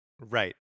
Right